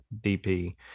DP